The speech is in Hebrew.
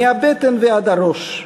מהבטן ועד / הראש,